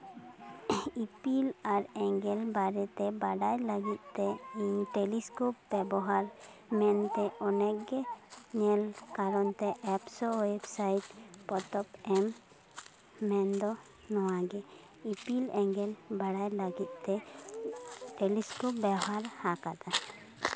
ᱤᱯᱤᱞ ᱟᱨ ᱮᱸᱜᱮᱞ ᱵᱟᱨᱮᱛᱮ ᱵᱟᱰᱟᱭ ᱞᱟᱹᱜᱤᱫ ᱛᱮ ᱤᱧ ᱴᱮᱞᱤᱥᱠᱳᱯ ᱵᱮᱵᱚᱦᱟᱨ ᱢᱮᱱᱛᱮ ᱚᱱᱮᱜᱮ ᱧᱮᱞ ᱠᱟᱨᱚᱱ ᱛᱮ ᱚᱱᱟᱜᱮ ᱧᱮᱞ ᱠᱟᱨᱚᱱ ᱛᱮ ᱮᱯᱥᱳ ᱳᱭᱮᱵ ᱥᱟᱭᱤᱰ ᱨᱮ ᱯᱚᱛᱚᱵ ᱮᱢ ᱢᱮᱱᱫᱚ ᱱᱚᱣᱟᱜᱮ ᱤᱯᱚᱞ ᱮᱸᱜᱮᱞ ᱵᱟᱲᱟᱭ ᱞᱟᱹᱜᱤᱫ ᱛᱮ ᱴᱮᱞᱤᱥᱠᱚᱯ ᱵᱮᱣᱦᱟᱨ ᱟᱠᱟᱫᱟ